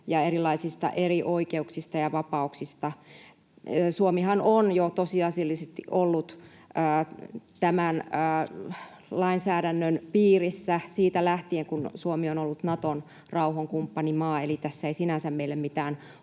ja erilaisista erioikeuksista ja vapauksista. Suomihan on jo tosiasiallisesti ollut tämän lainsäädännön piirissä siitä lähtien, kun Suomi on ollut Naton rauhankumppanimaa, eli tässä ei sinänsä meille mitään